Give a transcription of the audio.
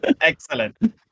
Excellent